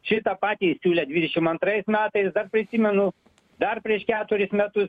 šitą patį siūlė dvidešim antrais metais prisimenu dar prieš keturis metus